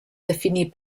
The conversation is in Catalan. definir